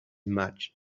much